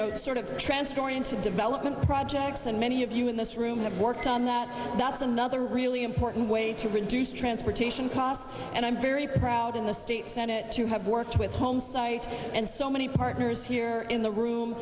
know sort of transport into development projects and many of you in this room have worked on that that's another really important way to reduce transportation costs and i'm very proud in the state senate to have worked with homesite and so many partners here in the room